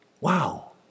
wow